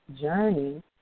journey